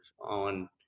on